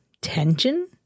tension